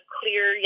clear